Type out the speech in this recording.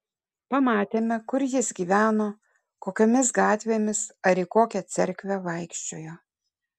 pamatėme kur jis gyveno kokiomis gatvėmis ar į kokią cerkvę vaikščiojo